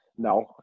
No